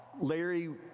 Larry